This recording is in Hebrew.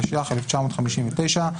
התשי"ח 1957)